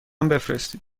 بفرستید